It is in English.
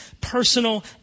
personal